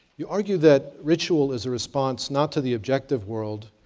you argue that ritual is a response, not to the objective world,